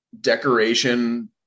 decoration